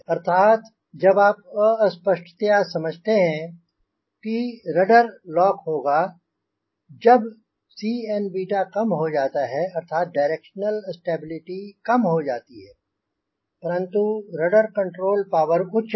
अर्थात जब आप अस्पष्टतया समझते हैं कि रडर लॉक होगा जब Cnकम हो जाता है अर्थात डायरेक्शनल स्टेबिलिटी कम हो जाती है परंतु रडर कंट्रोल पावर उच्च है